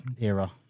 era